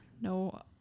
no